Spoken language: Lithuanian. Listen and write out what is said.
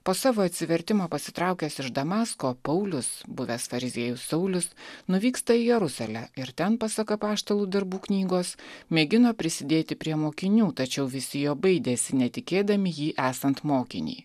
po savo atsivertimo pasitraukęs iš damasko paulius buvęs fariziejus saulius nuvyksta į jeruzalę ir ten pasak apaštalų darbų knygos mėgino prisidėti prie mokinių tačiau visi jo baidėsi netikėdami jį esant mokinį